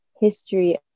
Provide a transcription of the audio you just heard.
history